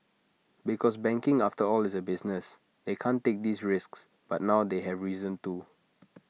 because banking after all is A business they can't take these risks but now they have reason to